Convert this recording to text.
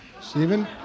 Stephen